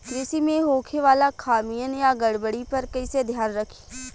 कृषि में होखे वाला खामियन या गड़बड़ी पर कइसे ध्यान रखि?